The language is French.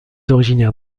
originaire